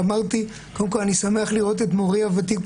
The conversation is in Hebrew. ואמרתי שאני שמח לראות את מורי הוותיק,